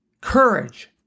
Courage